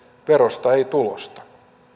verosta ei tulosta